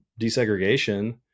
desegregation